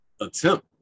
attempt